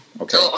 Okay